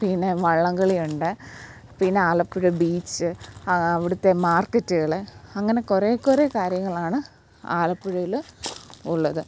പിന്നെ വള്ളം കളിയുണ്ട് പിന്നെ ആലപ്പുഴ ബീച്ച് അവിടുത്തെ മാർക്കറ്റുകൾ അങ്ങനെ കുറേ കുറേ കാര്യങ്ങളാണ് ആലപ്പുഴയിൽ ഉള്ളത്